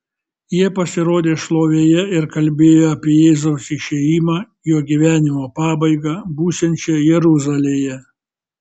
jie pasirodė šlovėje ir kalbėjo apie jėzaus išėjimą jo gyvenimo pabaigą būsiančią jeruzalėje